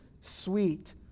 sweet